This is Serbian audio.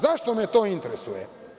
Zašto me to interesuje?